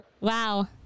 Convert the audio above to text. Wow